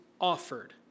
offered